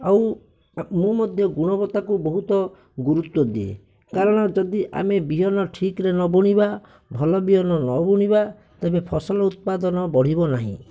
ଆଉ ମୁଁ ମଧ୍ୟ ଗୁଣବତ୍ତାକୁ ବହୁତ ଗୁରୁତ୍ୱ ଦିଏ କାରଣ ଯଦି ଆମେ ବିହନ ଠିକରେ ନବୁଣିବା ଭଲ ବିହନ ନବୁଣିବା ତେବେ ଫସଲ ଉତ୍ପାଦନ ବଢ଼ିବ ନାହିଁ